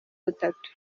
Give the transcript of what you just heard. butatu